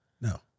no